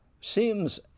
seems